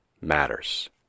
Matters